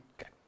Okay